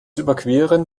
überqueren